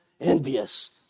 envious